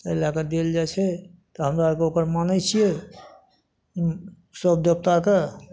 एहि लए कऽ देल जाइ छै तऽ हमरा आरके ओकर मानै छियै हूँ सब देबताके